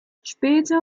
später